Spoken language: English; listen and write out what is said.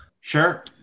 Sure